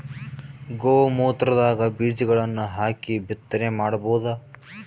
ಗೋ ಮೂತ್ರದಾಗ ಬೀಜಗಳನ್ನು ಹಾಕಿ ಬಿತ್ತನೆ ಮಾಡಬೋದ?